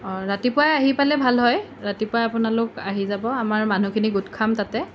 অ ৰাতিপুৱাই আহি পালে ভাল হয় ৰাতিপুৱাই আপোনালোক আহি যাব আমাৰ মানুহখিনি গোট খাম তাতে